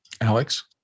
Alex